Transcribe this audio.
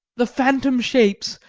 the phantom shapes,